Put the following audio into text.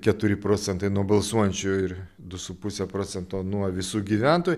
keturi procentai nuo balsuojančių ir du su puse procento nuo visų gyventojų